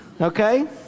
okay